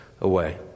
away